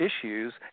issues